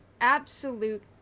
absolute